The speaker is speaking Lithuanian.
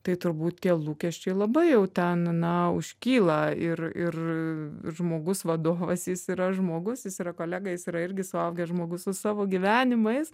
tai turbūt tie lūkesčiai labai jau ten na užkyla ir ir žmogus vadovas jis yra žmogus jis yra kolega jis yra irgi suaugęs žmogus su savo gyvenimais